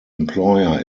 employer